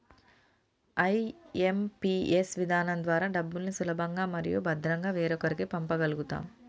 IMPS విధానం ద్వారా డబ్బుల్ని సులభంగా మరియు భద్రంగా వేరొకరికి పంప గల్గుతం